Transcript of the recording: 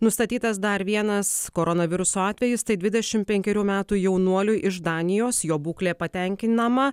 nustatytas dar vienas koronaviruso atvejis tai dvidešim penkerių metų jaunuoliui iš danijos jo būklė patenkinama